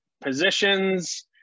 positions